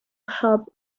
help